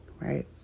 right